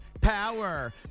power